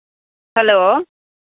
hello